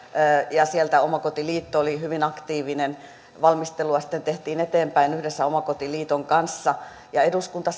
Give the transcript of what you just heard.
ja sieltä omakotiliitto oli hyvin aktiivinen valmisteluasteella tehtiin eteenpäin yhdessä omakotiliiton kanssa ja eduskunta